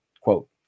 quote